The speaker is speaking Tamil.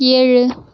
ஏழு